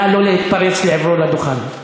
נא לא להתפרץ לעברו לדוכן.